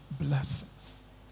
blessings